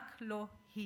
רק לא היא.